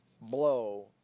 blow